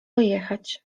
jechać